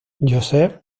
joseph